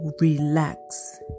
relax